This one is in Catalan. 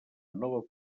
nova